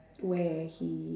where he